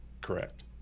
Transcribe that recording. correct